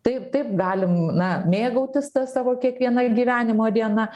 taip taip galim na mėgautis ta savo kiekviena gyvenimo diena